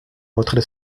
retrait